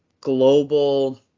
global